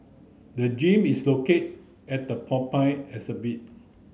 the gym is located at the Porcupine exhibit